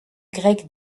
grecs